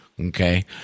okay